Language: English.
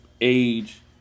age